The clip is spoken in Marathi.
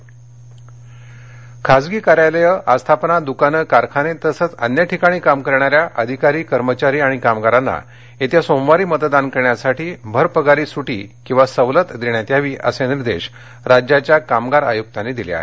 मतदान खासगी कार्यालयं आस्थापना द्कानं कारखाने तसंच अन्य ठिकाणी काम करणाऱ्या अधिकारी कर्मचारी आणि कामगारांना येत्या सोमवारी मतदान करण्यासाठी भरपगारी सुट्टी किंवा सवलत देण्यात यावी असे निर्देश राज्याच्या कामगार आयुक्तांनी दिले आहेत